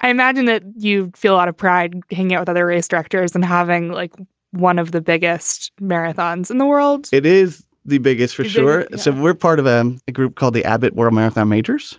i imagine that you feel a lot of pride hanging out with other ace directors and having like one of the biggest marathons in the world it is the biggest for sure. so we're part of um a group called the abbott. we're a marathon majors.